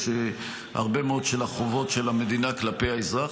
יש הרבה מאוד חובות של המדינה כלפי האזרח,